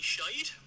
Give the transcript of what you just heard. shade